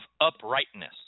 uprightness